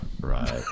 Right